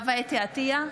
אינו נוכח חוה אתי עטייה,